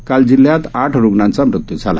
काल जिल्ह्यात आठ रुग्णांचा मृत्यू झाला